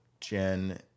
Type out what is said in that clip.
Jen